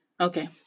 Okay